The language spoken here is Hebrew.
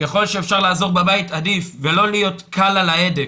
ככל שאפשר לעזור בבית, עדיף ולא להיות קל על ההדק.